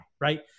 right